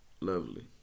lovely